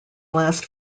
last